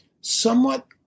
somewhat